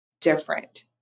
different